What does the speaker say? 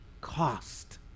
cost